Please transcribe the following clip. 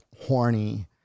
horny